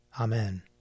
Amen